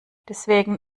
deswegen